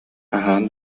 аһаан